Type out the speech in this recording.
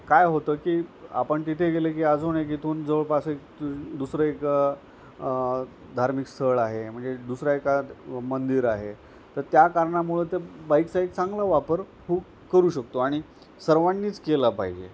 काय होतं की आपण तिथे गेलं की अजून एक इथून जवळपास एक दुसरं एक धार्मिक स्थळ आहे म्हणजे दुसरा एकाद मंदिर आहे तर त्या कारणामुळं ते बाईकचा चांगला वापर हू करू शकतो आणि सर्वांनीच केला पाहिजे